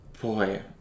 boy